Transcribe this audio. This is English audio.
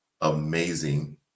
amazing